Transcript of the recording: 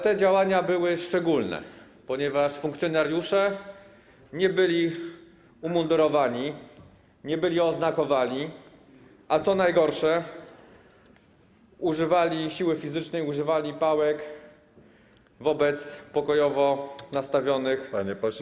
Te działania były szczególne, ponieważ funkcjonariusze nie byli umundurowani, nie byli oznakowani, a co najgorsze, używali siły fizycznej, używali pałek wobec pokojowo nastawionych manifestantów.